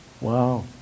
Wow